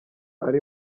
ari